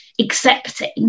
accepting